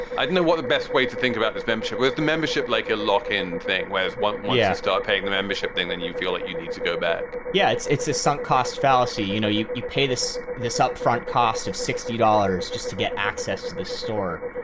i don't know what the best way to think about this membership with the membership like a lock in thing was what we asked for paying the membership thing when you feel that you need to go back yeah, it's it's a sunk cost fallacy. you know, you you pay this this upfront cost of. sixty dollars just to get access to the store.